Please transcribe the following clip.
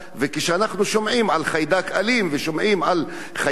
וכשאנחנו שומעים על חיידק אלים ושומעים על חיידק